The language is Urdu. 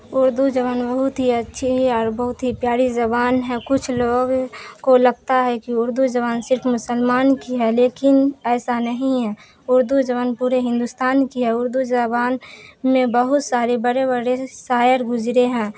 اردو زبان بہت ہی اچھی ہے اور بہت ہی پیاری زبان ہے کچھ لوگ کو لگتا ہے کہ اردو زبان صرف مسلمان کی ہے لیکن ایسا نہیں ہے اردو زبان پورے ہندوستان کی ہے اردو زبان میں بہت سارے بڑے بڑے شاعر گزرے ہیں